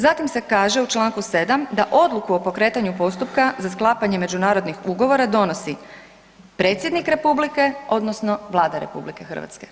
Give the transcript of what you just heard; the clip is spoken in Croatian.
Zatim se kaže u Članku 7. da odluku o pokretanju postupka za sklapanje međunarodnih ugovora donosi predsjednik Republike odnosno Vlada RH.